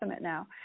now